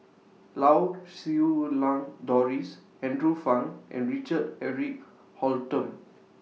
Lau Siew Lang Doris Andrew Phang and Richard Eric Holttum